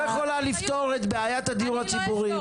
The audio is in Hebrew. לא את לא יכולה לפתור את בעיית הדיור הציבורי.